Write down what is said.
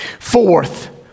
Fourth